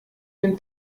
dem